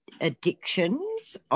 addictions